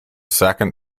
second